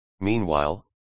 Meanwhile